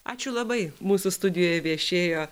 ačiū labai mūsų studijoje viešėjo